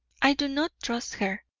i do not trust her,